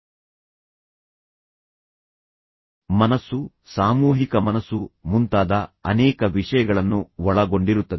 ಆದ್ದರಿಂದ ಅದು ನಿಮ್ಮ ಪ್ರಜ್ಞಾಪೂರ್ವಕ ಮನಸ್ಸು ಉಪಪ್ರಜ್ಞೆ ಮನಸ್ಸು ಸಾಮೂಹಿಕ ಮನಸ್ಸು ಮುಂತಾದ ಅನೇಕ ವಿಷಯಗಳನ್ನು ಒಳಗೊಂಡಿರುತ್ತದೆ